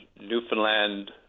Newfoundland